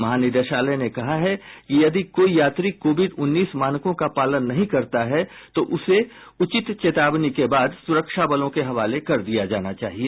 महानिदेशालय ने कहा है कि यदि कोई यात्री कोविड उन्नीस मानकों का पालन नहीं करता है तो उसे उचित चेतावनी के बाद सुरक्षा बलों के हवाले कर दिया जाना चाहिए